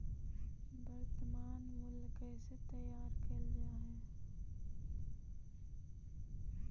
वर्तनमान मूल्य कइसे तैयार कैल जा हइ?